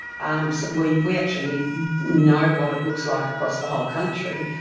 um so we we actually know what it looks like across the whole country,